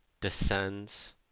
descends